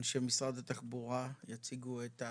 אנשי משרד התחבורה יציגו את התקנות,